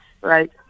right